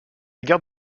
gare